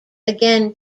again